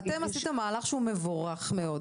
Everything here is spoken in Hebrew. אתם עשיתם מהלך שהוא מבורך מאוד,